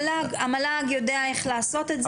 המל"ג יודע איך לעשות את זה.